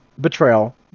Betrayal